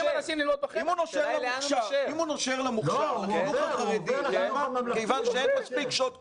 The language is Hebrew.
אם הוא נושר למוכשר --- כיוון שאין מספיק שעות קודש,